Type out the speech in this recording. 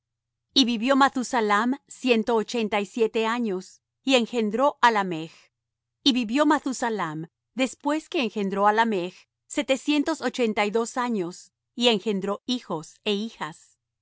y vivió mathusalam ciento ochenta y siete años y engendró á lamech y vivió mathusalam después que engendró á lamech setecientos ochenta y dos años y engendró hijos é hijas